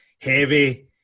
heavy